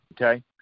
okay